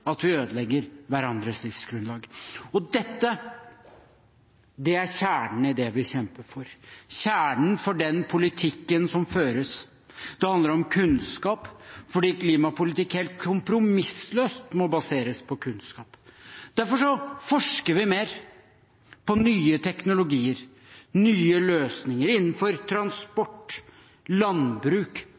at vi ødelegger hverandres livsgrunnlag. Dette er kjernen i det vi kjemper for, kjernen for den politikken som føres. Det handler om kunnskap, fordi klimapolitikk helt kompromissløst må baseres på kunnskap. Derfor forsker vi mer på nye teknologier, nye løsninger, innenfor transport, landbruk,